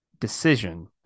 decision